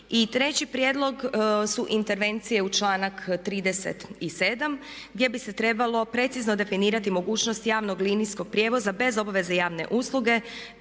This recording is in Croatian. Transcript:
treći prijedlog su intervencije u članak 37. gdje bi se trebalo precizno definirati mogućnost javnog linijskog prijevoza bez obaveze javne usluge,